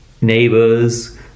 neighbors